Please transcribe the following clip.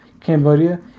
Cambodia